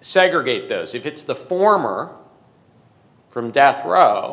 segregate those if it's the former from death row